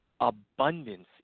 abundance